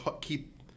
keep